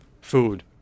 food